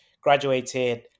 graduated